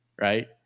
right